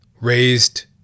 raised